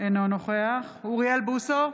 אינו נוכח אוריאל בוסו,